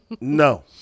No